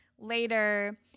Later